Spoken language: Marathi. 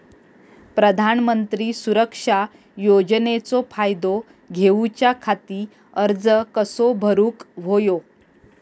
प्रधानमंत्री सुरक्षा योजनेचो फायदो घेऊच्या खाती अर्ज कसो भरुक होयो?